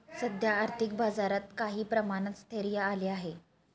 सध्या आर्थिक बाजारात काही प्रमाणात स्थैर्य आले आहे